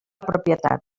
propietat